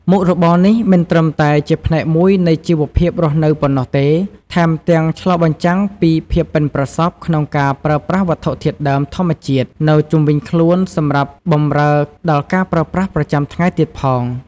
មុខរបរនេះមិនត្រឹមតែជាផ្នែកមួយនៃជីវភាពរស់នៅប៉ុណ្ណោះទេ ថែមទាំងឆ្លុះបញ្ចាំងពីភាពប៉ិនប្រសប់ក្នុងការប្រើប្រាស់វត្ថុធាតុដើមធម្មជាតិនៅជុំវិញខ្លួនសម្រាប់បម្រើដល់ការប្រើប្រាស់ប្រចាំថ្ងៃទៀតផង។